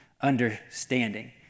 understanding